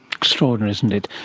extraordinary, isn't it.